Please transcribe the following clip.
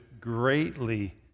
greatly